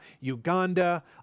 Uganda